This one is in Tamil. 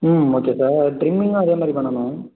ம் ஓகே சார் ட்ரிம்மிங்கும் அதே மாதிரி பண்ணணும்